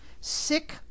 sick